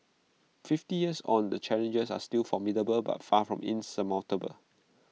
fifty years on the challenges are still formidable but far from insurmountable